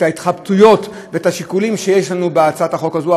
ההתחבטויות ואת השיקולים שיש לנו בהצעת החוק הזאת,